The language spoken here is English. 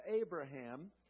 Abraham